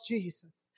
Jesus